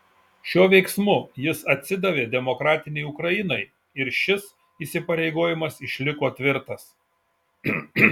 šiuo veiksmu jis atsidavė demokratinei ukrainai ir šis įsipareigojimas išliko tvirtas